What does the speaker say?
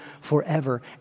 forever